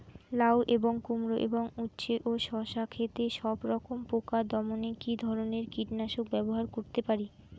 লাউ এবং কুমড়ো এবং উচ্ছে ও শসা ক্ষেতে সবরকম পোকা দমনে কী ধরনের কীটনাশক ব্যবহার করতে পারি?